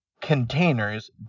containers